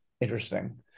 Interesting